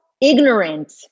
ignorant